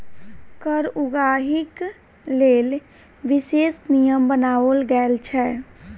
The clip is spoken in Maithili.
कर उगाहीक लेल विशेष नियम बनाओल गेल छै